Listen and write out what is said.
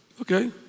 okay